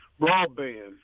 Broadband